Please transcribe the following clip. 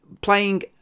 playing